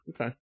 Okay